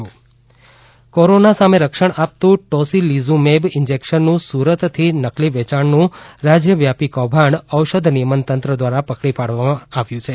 corona નકલી દવા corona સામે રક્ષણ આપતું ટોસીલીઝુમેબ ઇન્જેકશનનું સુરતથી નકલી વેચાણનું રાજ્ય વ્યાપી કૌભાંડ ઔષધ નિયમન તંત્ર દ્વારા પકડી પાડવામાં આવ્યું છે